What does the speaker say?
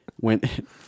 went